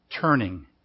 turning